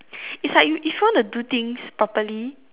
is like if you want to do things properly